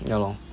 ya lor